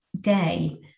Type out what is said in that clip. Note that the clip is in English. day